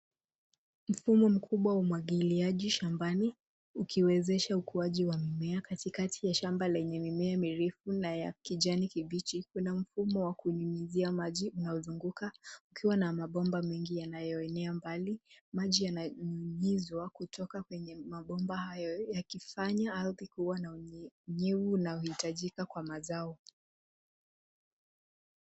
Mfumo mkubwa wa umwagiliaji shambani ukiwezesha ukuaji wa mimea katikati ya shamba lenye mimea mirefu na ya kijani kibichi. Kuna mfumo wa kunyunyizia maji unaozunguka ukiwa na mabomba mengi yanayoenea mbali. Maji yananyunyizwa kutoka kwenye mabomba hayo yakifanya ardhi kuna na unyevunyevu unaohitajika kwa mazao.